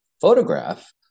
photograph